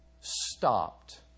stopped